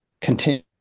continue